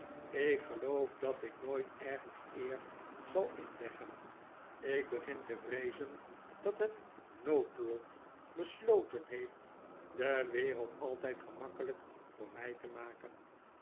ik geloof dat ik nooit ergens eer zal inleggen ik begin te vreezen dat het noodlot besloten heeft de wereld altijd gemakkelijk voor mij te maken